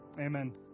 amen